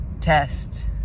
test